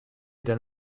then